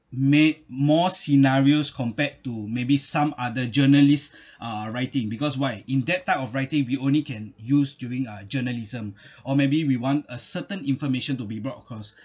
made more scenarios compared to maybe some other journalists uh writing because why in that type of writing we only can use during a journalism or maybe we want a certain information to be brought across